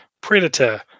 Predator